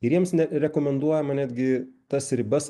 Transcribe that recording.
ir jiems ne rekomenduojama netgi tas ribas